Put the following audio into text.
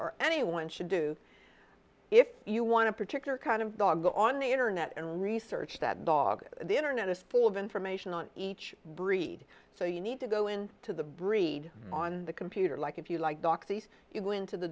or anyone should do if you want to particular kind of dog on the internet and research that dog the internet is full of information on each breed so you need to go in to the breed on the computer like if you like